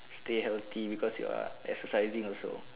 stay healthy because you are exercising also